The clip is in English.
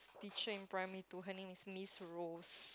teacher in primary two her name is Miss Rose